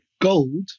gold